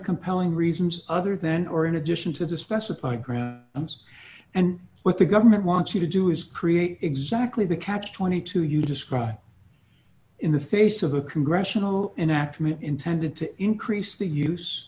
compelling reasons other than or in addition to the specified ground and what the government wants you to do is create exactly the catch twenty two you described in the face of a congressional enactment intended to increase the use